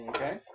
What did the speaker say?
Okay